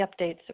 updates